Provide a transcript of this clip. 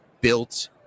built